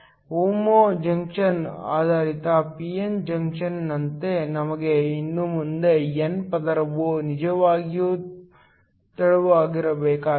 ಆದ್ದರಿಂದ homojunction ಆಧಾರಿತ p n ಜಂಕ್ಷನ್ನಂತೆ ನಮಗೆ ಇನ್ನು ಮುಂದೆ n ಪದರವು ನಿಜವಾಗಿಯೂ ತೆಳುವಾಗಿರಬೇಕಾಗಿಲ್ಲ